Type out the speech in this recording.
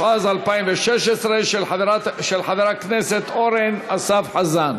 התשע"ז 2016, של חבר הכנסת אורן אסף חזן.